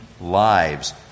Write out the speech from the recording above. lives